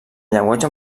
llenguatge